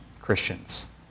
christians